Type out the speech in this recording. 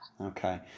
Okay